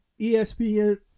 ESPN